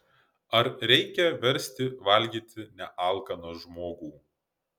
ar reikia versti valgyti nealkaną žmogų